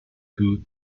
due